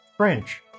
French